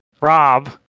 Rob